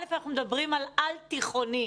אנחנו מדברים על על-תיכוני,